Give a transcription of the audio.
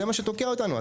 זה מה שתוקע אותנו.